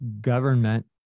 government